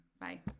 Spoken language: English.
Bye